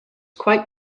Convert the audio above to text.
quite